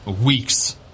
weeks